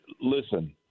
Listen